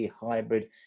hybrid